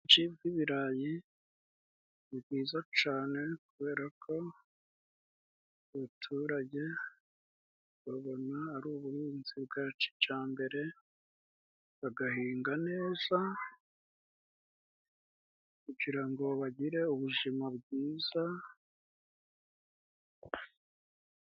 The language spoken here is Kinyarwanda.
Ubuhinzi bw'ibirayi ni bwiza cane kubera ko abaturage babona ari ubuhinzi bwa cijambere, bagahinga neza kugira ngo bagire ubuzima bwiza.